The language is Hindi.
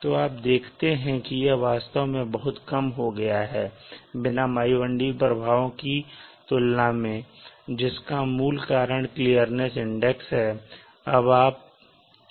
तो आप देखते हैं कि यह वास्तव में बहुत कम हो गया है बिना वायुमंडलीय प्रभावों की तुलना में जिसका मूल कारण क्लीर्निस इंडेक्स है